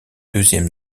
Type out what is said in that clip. deuxième